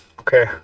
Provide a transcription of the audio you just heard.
okay